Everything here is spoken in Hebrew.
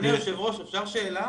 אדוני היושב ראש, אפשר שאלה?